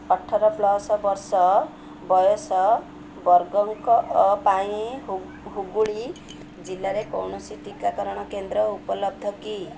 ଅଠର ପ୍ଲସ୍ ବର୍ଷ ବୟସ ବର୍ଗଙ୍କ ପାଇଁ ହୁୁଗୁଳୀ ଜିଲ୍ଲାରେ କୌଣସି ଟିକାକରଣ କେନ୍ଦ୍ର ଉପଲବ୍ଧ କି